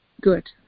good